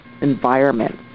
environment